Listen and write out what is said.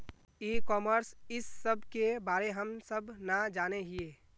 ई commerce इस सब के बारे हम सब ना जाने हीये?